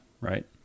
right